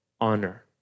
honor